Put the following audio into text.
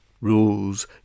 Rules